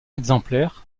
exemplaires